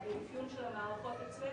והארגון של המערכות אצלנו,